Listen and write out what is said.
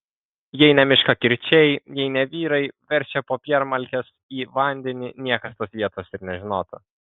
jei ne miškakirčiai jei ne vyrai verčią popiermalkes į vandenį niekas tos vietos ir nežinotų